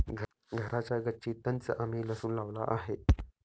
घराच्या गच्चीतंच आम्ही लसूण लावला आहे